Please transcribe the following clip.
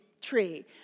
tree